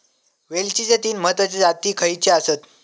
वेलचीचे तीन महत्वाचे जाती खयचे आसत?